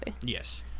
Yes